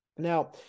Now